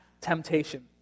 temptation